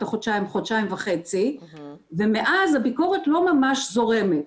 החודשיים וחצי ומאז הביקורת לא ממש זורמת.